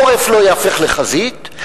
העורף לא ייהפך לחזית,